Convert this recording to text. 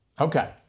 Okay